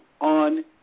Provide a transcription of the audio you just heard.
on